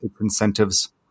incentives